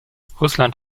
russland